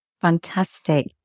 Fantastic